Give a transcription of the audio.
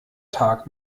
tag